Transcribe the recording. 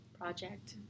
project